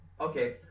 Okay